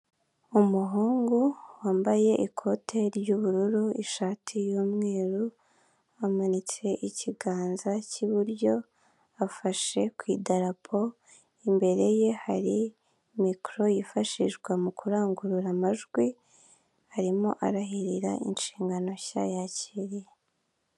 Umuhungu wambaye ikote ry'ubururu, ishati y'umweru, amanitse ikiganza cy'iburyo, afashe ku idarapo, imbere ye hari mikoro yifashishwa mu kurangurura amajwi, arimo arahirira inshingano nshya yakiriye.